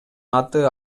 аты